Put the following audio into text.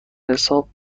حساب